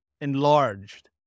enlarged